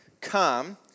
come